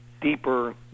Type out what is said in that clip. deeper